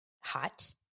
hot